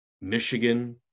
Michigan